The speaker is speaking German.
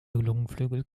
lungenflügel